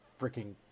freaking